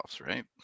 right